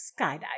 skydiving